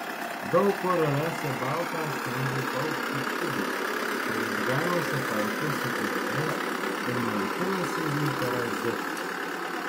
daug kur rasi baltą stambų paukštį ibį kuris ganosi kartu su gyvuliais ir maitinasi jų parazitais